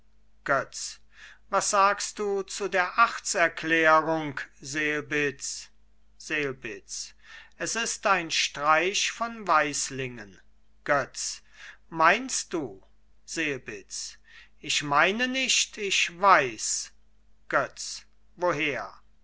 götz was sagst du zu der achtserklärung selbitz selbitz es ist ein streich von weislingen götz meinst du selbitz ich meine nicht ich weiß götz woher